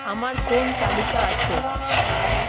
আমার কোন তালিকা আছে